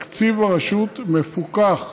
תקציב הרשות מפוקח